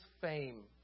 fame